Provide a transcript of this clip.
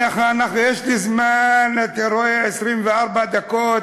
יש לי זמן, אתה רואה, 24 דקות.